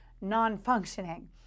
non-functioning